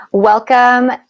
Welcome